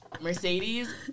Mercedes